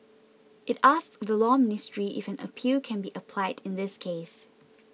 it asked the Law Ministry if an appeal can be applied in this case